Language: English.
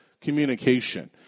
communication